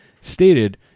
stated